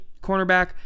cornerback